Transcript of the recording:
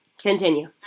Continue